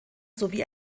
sowie